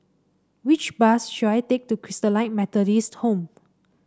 which bus should I take to Christalite Methodist Home